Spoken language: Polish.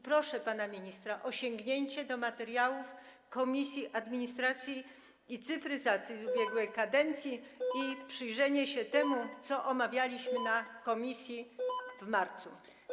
Proszę pana ministra o sięgnięcie do materiałów Komisji Administracji i Cyfryzacji z ubiegłej kadencji i przyjrzenie się temu, co omawialiśmy w komisji w marcu.